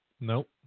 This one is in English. Nope